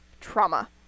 Trauma